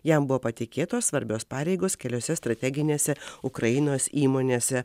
jam buvo patikėtos svarbios pareigos keliose strateginėse ukrainos įmonėse